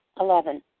Eleven